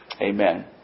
Amen